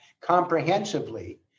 comprehensively